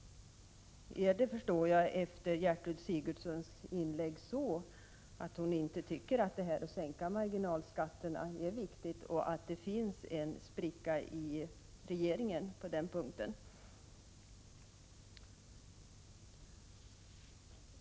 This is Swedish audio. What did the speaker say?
Efter Gertrud Sigurdsens inlägg här förstår jag att hon inte tycker att en sänkning av marginalskatterna är någonting viktigt och att det finns en spricka i regeringen på den punkten.